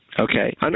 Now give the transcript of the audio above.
Okay